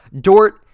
Dort